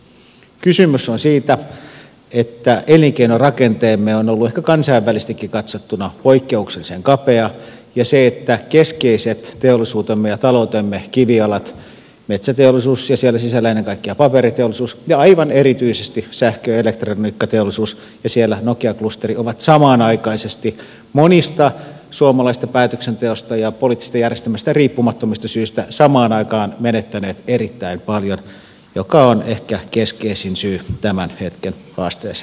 kysymys on siitä että elinkeinorakenteemme on ollut ehkä kansainvälisestikin katsottuna poikkeuksellisen kapea ja siitä että keskeiset teollisuutemme ja taloutemme kivijalat metsäteollisuus ja siellä sisällä ennen kaikkea paperiteollisuus ja aivan erityisesti sähkö ja elektroniikkateollisuus ja siellä nokia klusteri ovat samanaikaisesti monista suomalaisesta päätöksenteosta ja poliittisesta järjestelmästä riippumattomista syistä menettäneet erittäin paljon mikä on ehkä keskeisin syy tämän hetken haasteeseen